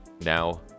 now